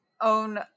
own